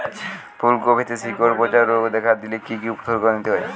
ফুলকপিতে শিকড় পচা রোগ দেখা দিলে কি কি উপসর্গ নিতে হয়?